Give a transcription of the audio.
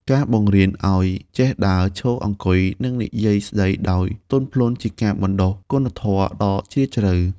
ការបង្រៀនឱ្យចេះដើរ ឈរ អង្គុយ និងនិយាយស្ដីដោយទន់ភ្លន់ជាការបណ្ដុះគុណធម៌ដ៏ជ្រាលជ្រៅ។